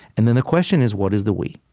and then the question is, what is the we,